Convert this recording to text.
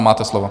Máte slovo.